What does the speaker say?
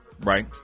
right